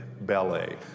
ballet